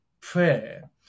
prayer